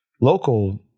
local